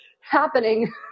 happening